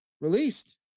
released